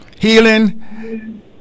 healing